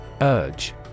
Urge